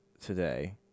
today